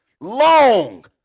long